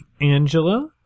Angela